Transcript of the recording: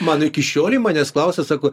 man iki šiolei manęs klausia sako